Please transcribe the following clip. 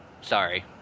sorry